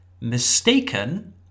Mistaken